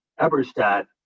eberstadt